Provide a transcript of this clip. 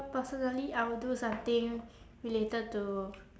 personally I would do something related to